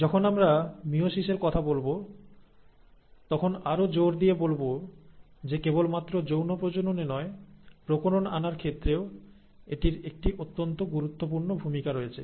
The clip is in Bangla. যখন আমরা মিয়োসিসের কথা বলব তখন আরও জোর দিয়ে বলব যে কেবলমাত্র যৌন প্রজননে নয় প্রকরণ আনার ক্ষেত্রেও এটির একটি অত্যন্ত গুরুত্বপূর্ণ ভূমিকা রয়েছে